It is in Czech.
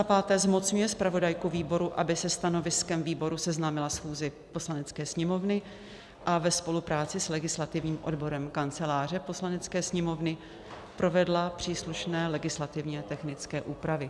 5. zmocňuje zpravodajku výboru, aby se stanoviskem výboru seznámila schůzi Poslanecké sněmovny a ve spolupráci s legislativním odborem Kanceláře Poslanecké sněmovny provedla příslušné legislativně technické úpravy.